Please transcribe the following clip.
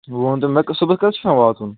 ؤنتو مےٚ صُبحس کر چھُ مے واتُن